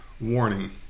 warning